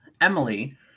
Emily